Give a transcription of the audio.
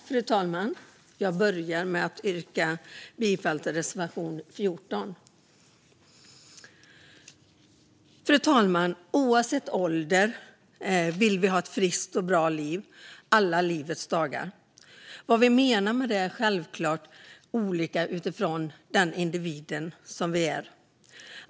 Fru talman! Jag yrkar bifall till reservation 14. Fru talman! Oavsett ålder vill vi ha ett friskt och bra liv alla livets dagar. Vad vi menar med det är självklart olika utifrån de individer vi är.